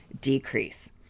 decrease